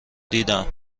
دیدم